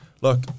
look